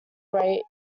great